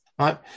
right